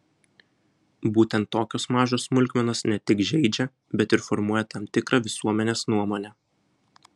būtent tokios mažos smulkmenos ne tik žeidžia bet ir formuoja tam tikrą visuomenės nuomonę